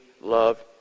love